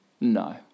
No